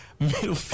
Middle